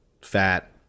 fat